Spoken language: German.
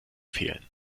fehlen